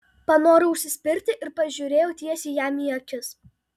panorau užsispirti ir pasižiūrėjau tiesiai jam į akis